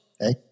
okay